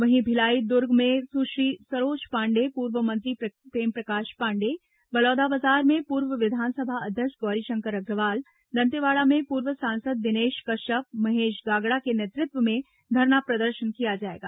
वहीं भिलाई दुर्ग में सुश्री सरोज पांडेय पूर्व मंत्री प्रेमप्रकाश पांडेय बलौदाबाजार में पूर्व विधानसभा अध्यक्ष गौरीशंकर अग्रवाल दंतेवाड़ा में पूर्व सांसद दिनेश कश्यप महेश गागड़ा के नेतृत्व में धरना प्रदर्शन किया जाएगा